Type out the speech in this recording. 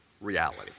reality